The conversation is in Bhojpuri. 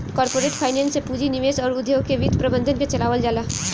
कॉरपोरेट फाइनेंस से पूंजी निवेश अउर उद्योग के वित्त प्रबंधन के चलावल जाला